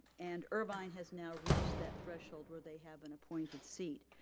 and irvine has now reached that threshold where they have an appointed seat.